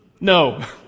No